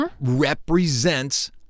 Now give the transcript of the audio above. represents